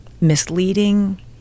misleading